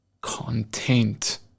content